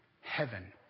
heaven